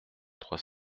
trois